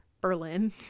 Berlin